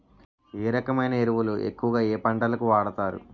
ఏ రకమైన ఎరువులు ఎక్కువుగా ఏ పంటలకు వాడతారు?